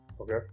Okay